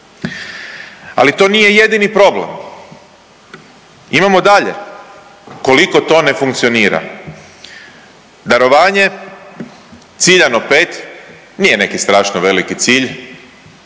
Ali to nije jedni problem, imamo dalje koliko to ne funkcionira. Darovanje ciljano 5, nije neki strašno veliki cilj,